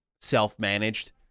self-managed